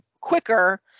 quicker